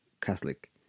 Catholic